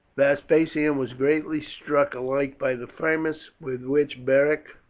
vespasian was greatly struck alike by the firmness with which beric